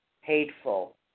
hateful